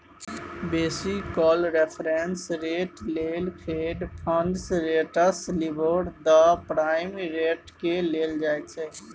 बेसी काल reference rate लेल fed fund rates, LIBOR, the prime रेटकेँ लेल जाइ छै